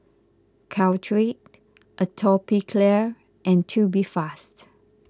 Caltrate Atopiclair and Tubifast